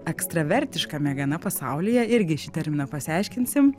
ekstravertiškame gana pasaulyje irgi šį terminą pasiaiškinsim